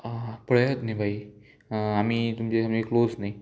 आ पळयात न्ही बाई आमी तुमचे सामकी क्लोज न्ही